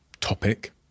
topic